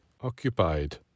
occupied